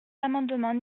l’amendement